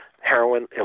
heroin